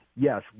Yes